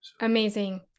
Amazing